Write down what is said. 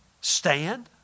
Stand